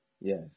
Yes